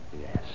Yes